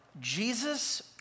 Jesus